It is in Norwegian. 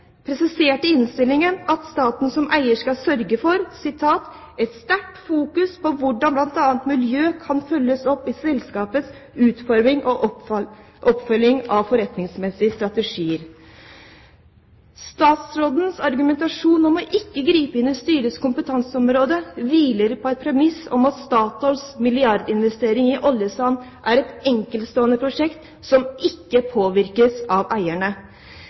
i innstillingen at staten som eier skal sørge for et sterkt fokus på hvordan bl.a. miljø kan følges opp i selskapenes utforming og oppfølging av forretningsmessige strategier. Statsrådens argument om ikke å gripe inn i styrets kompetanseområde hviler på et premiss om at Statoils milliardinvestering i oljesand er et enkeltstående prosjekt som ikke skal påvirkes av eierne.